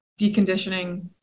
deconditioning